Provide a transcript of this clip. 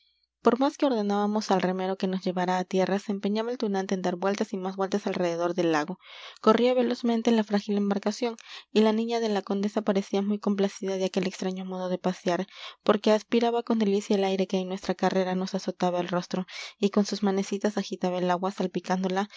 por más que ordenábamos al remero que nos llevara a tierra se empeñaba el tunante en dar vueltas y más vueltas alrededor del lago corría velozmente la frágil embarcación y la niña de la condesa parecía muy complacida de aquel extraño modo de pasear porque aspiraba con delicia el aire que en nuestra carrera nos azotaba el rostro y con sus manecitas agitaba el agua salpicándola